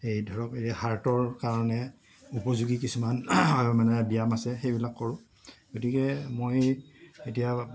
এই ধৰক এই হাৰ্টৰ কাৰণে উপযোগী কিছুমান মানে ব্যায়াম আছে সেইবিলাক কৰোঁ গতিকে মই কেতিয়াবা